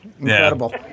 Incredible